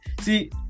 See